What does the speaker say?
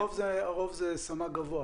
הרוב זה סמ"ק גבוה.